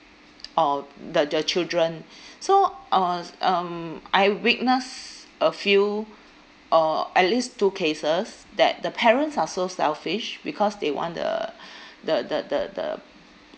or the the children so I was um I witness a few uh at least two cases that the parents are so selfish because they want the the the the the